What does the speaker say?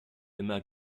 immer